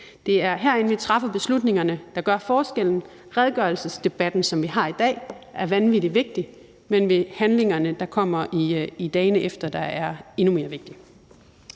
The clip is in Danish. Det er herinde, vi træffer beslutningerne, der gør forskellen. Den redegørelsesdebat, som vi har i dag, er vanvittig vigtig, men det er handlingerne, der kommer i dagene efter, der er endnu mere vigtige.